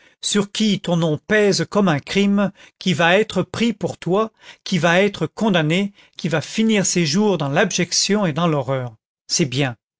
sur qui ton nom pèse comme un crime qui va être pris pour toi qui va être condamné qui va finir ses jours dans l'abjection et dans l'horreur c'est bien